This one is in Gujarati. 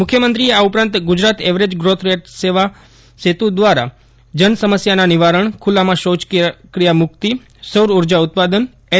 મુખ્યમંત્રીએ આ ઉપરાંત Gujarat average growth rate Seva Setu દ્વારા જન સમસ્યાના નિવારણ ખુલ્લામાં શૌચક્રિયા મુક્તિ સૌર ઉર્જા ઉત્પાદન એલ